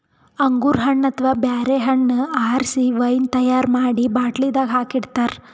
ಅಂಗೂರ್ ಹಣ್ಣ್ ಅಥವಾ ಬ್ಯಾರೆ ಹಣ್ಣ್ ಆರಸಿ ವೈನ್ ತೈಯಾರ್ ಮಾಡಿ ಬಾಟ್ಲಿದಾಗ್ ಹಾಕಿ ಇಡ್ತಾರ